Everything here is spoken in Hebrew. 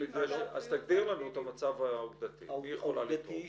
תגדיר לנו את המצב העובדתי, מי יכולה לתרום.